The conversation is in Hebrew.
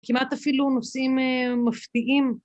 כמעט אפילו נושאים מפתיעים.